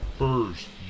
first